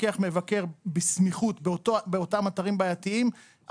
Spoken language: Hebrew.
מפקח מבקר בסמיכות באותם אתרים בעייתיים,